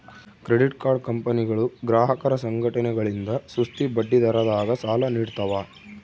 credit card ಕಂಪನಿಗಳು ಗ್ರಾಹಕರ ಸಂಘಟನೆಗಳಿಂದ ಸುಸ್ತಿ ಬಡ್ಡಿದರದಾಗ ಸಾಲ ನೀಡ್ತವ